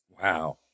Wow